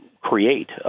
create